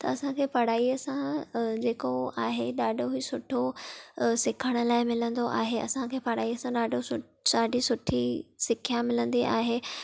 त असां खे पढ़ाईअ सां जेको आहे ॾाढो सुठो सिखण लाइ मिलंदो आहे असां खे पढ़ाईअ सां ॾाढो ॾाढी सुठी सिख्या मिलंदी आहे